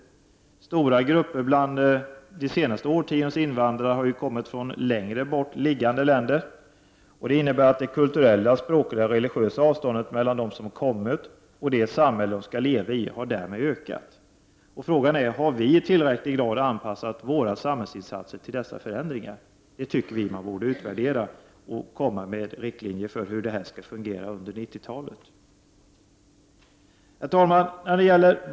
Stora grupper bland det senaste årtiondets invandrare har kommit från längre bort liggande länder. Det innebär att det kulturella, språkliga och religiösa avståndet mellan dem som kommit och det samhälle som de skall leva i har ökat. Frågan är om vi i tillräcklig grad har anpassat våra samhällsinsatser till dessa förändringar. Det tycker vi att vi borde utvärdera — och komma med riktlinjer för hur detta skall fungera under 90-talet. Herr talman!